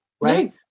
right